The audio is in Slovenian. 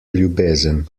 ljubezen